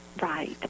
Right